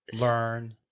Learn